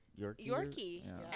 Yorkie